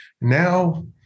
Now